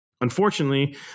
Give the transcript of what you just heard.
Unfortunately